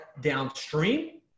downstream